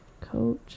Coach